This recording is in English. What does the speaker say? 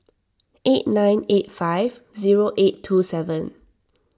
eight nine eight five zero eight two seven